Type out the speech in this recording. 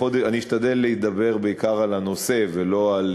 אשתדל לדבר בעיקר על הנושא ולא על